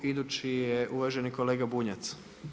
Idući je uvaženi kolega Bunjac.